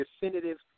definitive